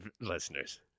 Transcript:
listeners